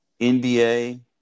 NBA